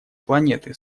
планеты